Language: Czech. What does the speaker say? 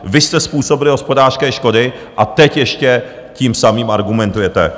Vy jste způsobili hospodářské škody, a teď ještě tím samým argumentujete.